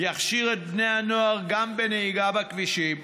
יכשיר את בני הנוער גם בנהיגה בכבישים,